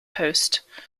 host